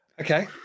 Okay